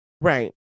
Right